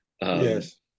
Yes